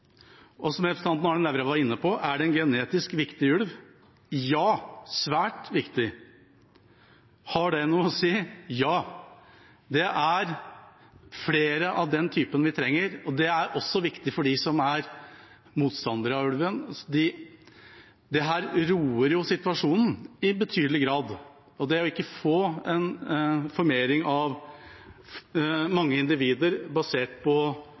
Og som representanten Arne Nævra var inne på: Er det en genetisk viktig ulv? Ja, svært viktig. Har det noe å si? Ja, det er flere av den typen vi trenger. Det er også viktig for dem som er motstandere av ulven. Dette roer situasjonen i betydelig grad, det å ikke få en formering av mange individer basert på